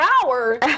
power